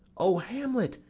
o hamlet,